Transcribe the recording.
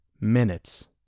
minutes